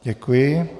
Děkuji.